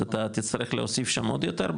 אז אתה תצטרך להוסיף שם עוד יותר,